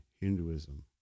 Hinduism